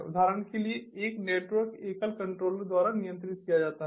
उदाहरण के लिए एक नेटवर्क एकल कंट्रोलर द्वारा नियंत्रित किया जाता है